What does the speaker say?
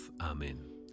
Amen